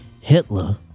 Hitler